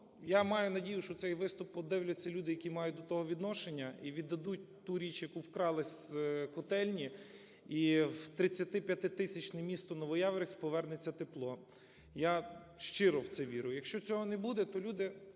я маю надію, що цей виступ подивляться люди, які мають до того відношення і віддадуть ту річ, яку вкрали з котельні. І в 35-тисячне містоНовояворівськ повернеться тепло, я щиро в це вірю. Якщо цього не буде, то люди,